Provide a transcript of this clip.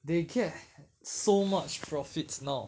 they get so much profits now